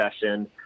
session